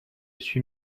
suis